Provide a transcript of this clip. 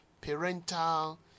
parental